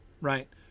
right